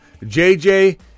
JJ